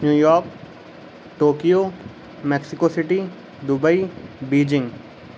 New York Tokyo Mexico city Dubai Beijing